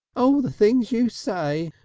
oh! the things you say!